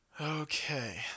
okay